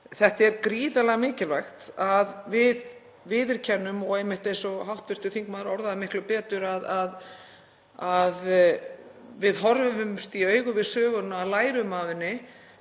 Þetta er gríðarlega mikilvægt að við viðurkennum og einmitt, eins og hv. þingmaður orðaði miklu betur, að við horfumst í augu við söguna, lærum af henni,